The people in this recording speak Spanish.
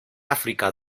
áfrica